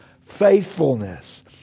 faithfulness